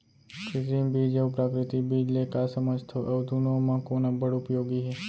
कृत्रिम बीज अऊ प्राकृतिक बीज ले का समझथो अऊ दुनो म कोन अब्बड़ उपयोगी हे?